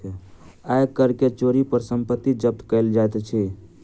आय कर के चोरी पर संपत्ति जब्त कएल जाइत अछि